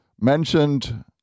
mentioned